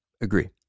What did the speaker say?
Agree